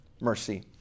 mercy